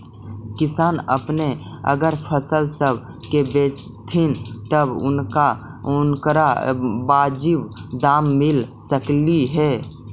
किसान अपने अगर फसल सब के बेचतथीन तब उनकरा बाजीब दाम मिल सकलई हे